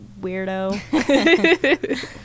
weirdo